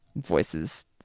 voices